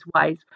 ways